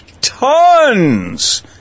tons